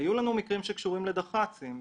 היו לנו מקרים שקשורים לדח"צים.